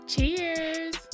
Cheers